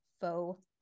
faux